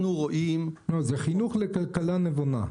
כך --- זה חינוך לכלכלה נבונה.